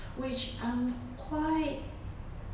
which I'm quite